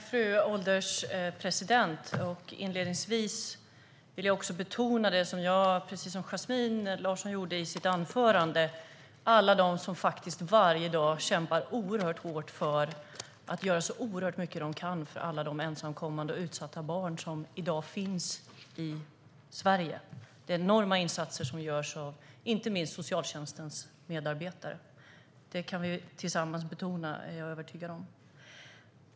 Fru ålderspresident! Inledningsvis vill jag, precis som Yasmine Larsson gjorde i sitt anförande, framhålla alla som faktiskt varje dag kämpar oerhört hårt för att göra så mycket de kan för alla de ensamkommande och utsatta barn som i dag finns i Sverige. Det är enorma insatser som görs, inte minst av socialtjänstens medarbetare. Det kan vi tillsammans betona, är jag övertygad om.